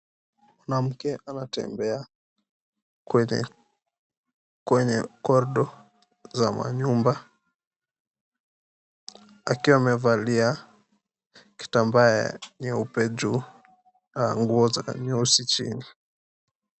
Mwanamke anatembea kwenye korido za manyumba, akiwa amevalia kitambaa ya nyeupe juu na nguo za nyeusi chini.